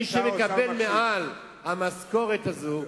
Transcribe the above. אבל מי שמקבל מעל המשכורת הזו,